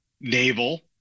naval